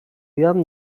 jan